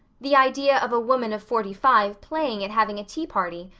the idea of a woman of forty-five playing at having a tea party,